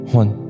one